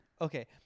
Okay